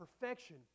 perfection